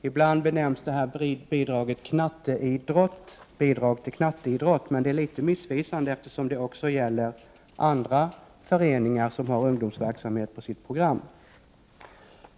Ibland benämns detta stöd också bidrag till ”knatteidrotten”, men detta är litet missvisande eftersom det också gäller andra föreningar än idrottsföreningar med ungdomsverksamhet på sitt program.